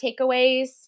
takeaways